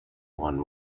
one